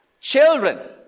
children